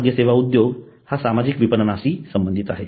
आरोग्यसेवा उद्योग हा सामाजिक विपणनाशी संबंधित आहे